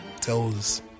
tells